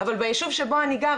אבל ביישוב שבו אני גרה,